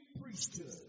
priesthood